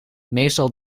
meestal